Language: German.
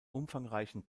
umfangreichen